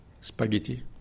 spaghetti